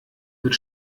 wird